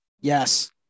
Yes